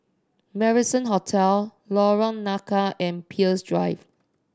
Marrison Hotel Lorong Nangka and Peirce Drive